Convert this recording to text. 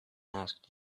asked